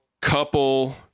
couple